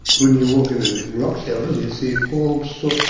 when you walk into these rock shelters you see all sorts,